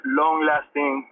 long-lasting